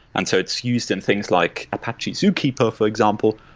and so it's used in things like apache zookepper, for example,